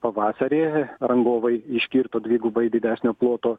pavasarį rangovai iškirto dvigubai didesnio ploto